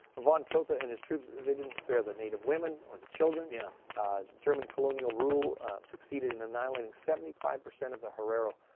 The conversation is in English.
von trotha and his troops, they didn't spare the native women, or the children. yeah german colonial rule succeeded in annihilating seventy-five percent of the herero.